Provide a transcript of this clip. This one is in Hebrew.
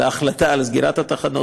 אלא ההחלטה על סגירת התחנות,